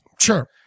sure